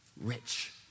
Rich